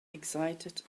exited